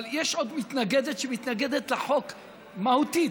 אבל יש עוד מתנגדת, שמתנגדת לחוק מהותית.